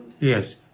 Yes